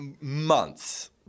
Months